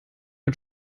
mit